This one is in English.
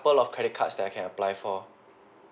~ple of credit cards that I can apply for